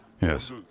Yes